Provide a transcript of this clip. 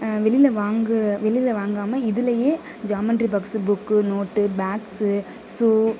வெளியில் வாங்குகிற வெளியில் வாங்காமல் இதுலையே geometry box book note bags ஸு